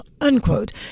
unquote